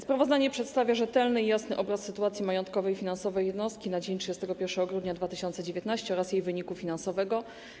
Sprawozdanie przedstawia rzetelny i jasny obraz sytuacji majątkowej i finansowej jednostki na dzień 31 grudnia 2019 r. oraz jej wyniku finansowego.